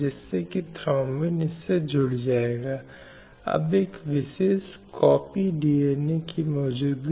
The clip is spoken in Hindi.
उसे शिक्षा का अधिकार भी है और इसलिए उसे किसी भी आधार पर शिक्षा से वंचित नहीं किया जा सकता